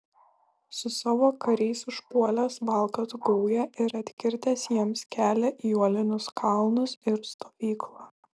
su savo kariais užpuolęs valkatų gaują ir atkirtęs jiems kelią į uolinius kalnus ir stovyklą